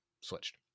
switched